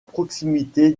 proximité